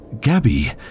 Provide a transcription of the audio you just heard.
Gabby